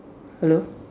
hello